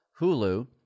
Hulu